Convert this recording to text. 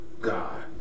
God